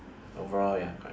overall ya correct